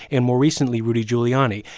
and more recently, rudy giuliani.